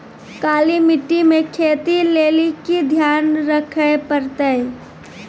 काली मिट्टी मे खेती लेली की ध्यान रखे परतै?